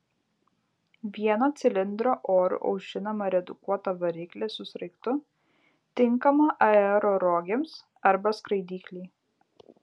vieno cilindro oru aušinamą redukuotą variklį su sraigtu tinkamą aerorogėms arba skraidyklei